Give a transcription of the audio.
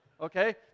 okay